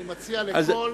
אני מציע לכל